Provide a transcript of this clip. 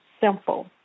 simple